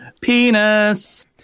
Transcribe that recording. penis